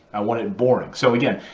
i want it boring. so again,